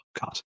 god